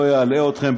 לא אלאה אתכם,